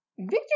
Victor